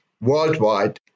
worldwide